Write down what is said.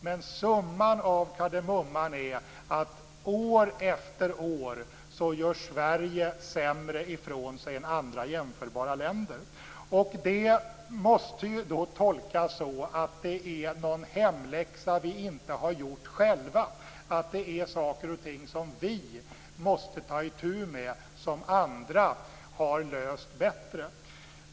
Men summan av kardemumman är att år efter år gör Sverige sämre ifrån sig än andra jämförbara länder. Det måste ju tolkas så att det är någon hemläxa som vi inte har gjort själva, att det är saker och ting som vi måste ta itu med som andra har löst bättre.